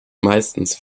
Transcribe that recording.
meistens